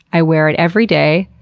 i wear it every day,